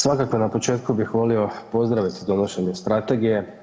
Svakako na početku bih volio pozdraviti donošenje Strategije.